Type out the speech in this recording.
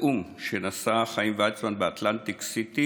נאום שנשא חיים ויצמן באטלנטיק סיטי